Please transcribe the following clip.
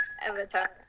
avatar